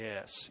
Yes